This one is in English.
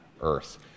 earth